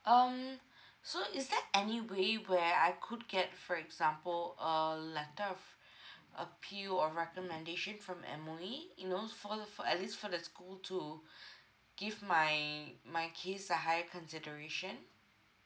um so is there any way where I could get for example a letter of appeal or recommendation from M_O_E you know for the for at least for that school to give my my kids a higher consideration